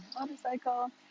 motorcycle